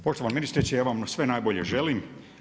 Poštovana ministrice, ja vam sve najbolje želi.